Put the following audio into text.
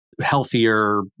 healthier